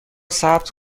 ثبت